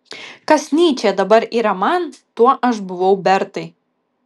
kas nyčė dabar yra man tuo aš buvau bertai